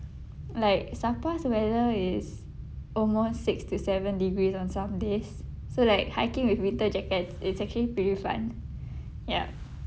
like Sapa's weather is almost six to seven degrees on some days so like hiking with winter jackets it's actually pretty fun ya